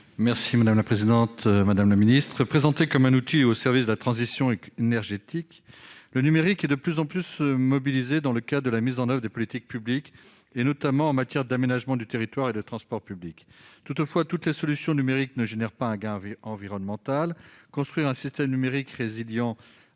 : La parole est à M. Joël Guerriau. Présenté comme un outil au service de la transition énergétique, le numérique est de plus en plus mobilisé dans le cadre de la mise en oeuvre des politiques publiques, notamment en matière d'aménagement du territoire et de transport public. Toutefois, toutes les solutions numériques ne génèrent pas un gain environnemental. Construire un système numérique résilient